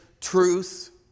Truth